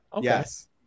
Yes